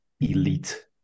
elite